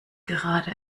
gerade